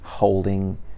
holding